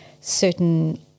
certain